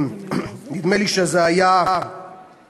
נדמה לי שזה היה הגזבר,